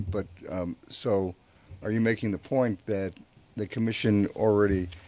but so are you making the point that the commission already